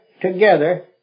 together